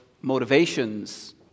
motivations